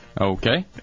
Okay